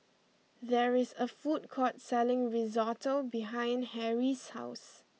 there is a food court selling Risotto behind Harrie's house